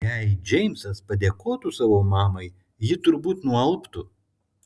jei džeimsas padėkotų savo mamai ji turbūt nualptų